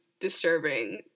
disturbing